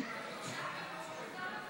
ההצעה להעביר את הצעת חוק הצעת חוק-יסוד: הממשלה